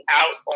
out